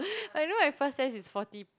oh you know my first test is forty